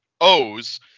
O's